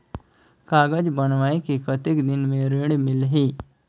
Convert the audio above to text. कागज बनवाय के कतेक दिन मे ऋण मिलही?